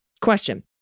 Question